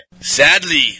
Sadly